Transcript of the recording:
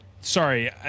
sorry